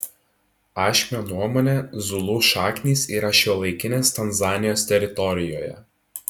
ašmio nuomone zulų šaknys yra šiuolaikinės tanzanijos teritorijoje